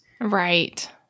Right